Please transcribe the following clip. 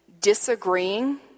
disagreeing